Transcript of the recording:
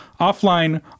offline